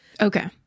Okay